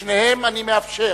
בשניהם אני מאפשר